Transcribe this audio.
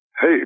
Hey